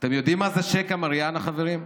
אתם יודעים מה זה שקע מריאנה, חברים?